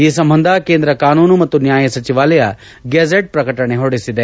ಈ ಸಂಬಂಧ ಕೇಂದ್ರ ಕಾನೂನು ಮತ್ತು ನ್ವಾಯ ಸಚಿವಾಲಯ ಗೆಜೆಟ್ ಪ್ರಕಟಣೆ ಹೊರಡಿಸಿದೆ